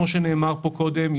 כפי שנאמר כאן קודם,